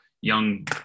young